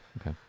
okay